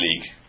League